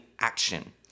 action